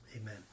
Amen